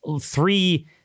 Three